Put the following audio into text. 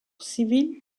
civil